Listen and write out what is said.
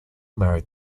married